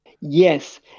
Yes